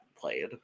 played